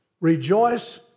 Rejoice